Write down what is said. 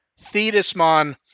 Thetismon